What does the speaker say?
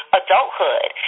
adulthood